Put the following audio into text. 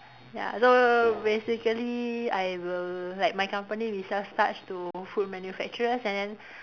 ya so basically I will like my company we sell starch to food manufactures and then